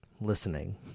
listening